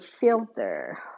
filter